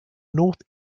north